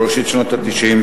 בראשית שנות ה-90,